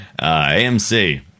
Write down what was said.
AMC